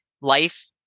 life